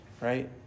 right